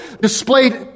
displayed